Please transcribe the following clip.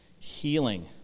Healing